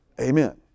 Amen